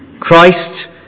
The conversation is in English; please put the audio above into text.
Christ